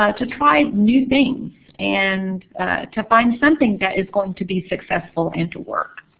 ah to try new things and to find something that is going to be successful and to work.